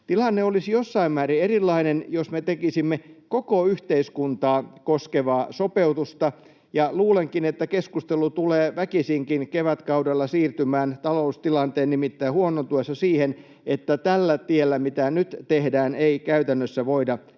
Tilanne olisi jossain määrin erilainen, jos me tekisimme koko yhteiskuntaa koskevaa sopeutusta. Luulenkin, että keskustelu tulee väkisinkin kevätkaudella siirtymään, nimittäin taloustilanteen huonontuessa, siihen, että tällä tiellä, mitä nyt tehdään, ei käytännössä voida jatkaa.